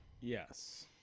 Yes